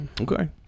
Okay